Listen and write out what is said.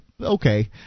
okay